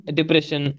Depression